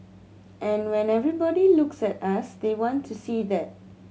and when everybody looks at us they want to see that